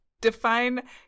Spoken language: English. Define